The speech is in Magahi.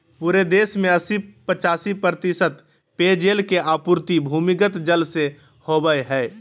पूरे देश में अस्सी पचासी प्रतिशत पेयजल के आपूर्ति भूमिगत जल से होबय हइ